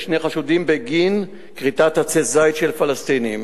ושני חשודים בגין כריתת עצי זית של פלסטינים.